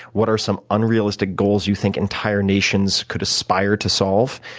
what are some unrealistic goals you think entire nations could aspire to solve?